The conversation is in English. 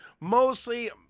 mostly